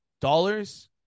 dollars